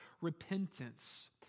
repentance